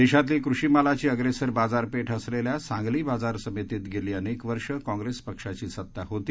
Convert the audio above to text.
देशातली कृषी मालाची अग्रेसर बाजारपेठ असलेल्या सांगली बाजार समितीत गेली अनेक वर्षे काँग्रेस पक्षाची सत्ता होती